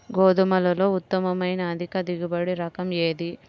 గోధుమలలో ఉత్తమమైన అధిక దిగుబడి రకం ఏది?